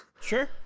Sure